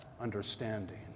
understanding